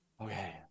Okay